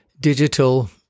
digital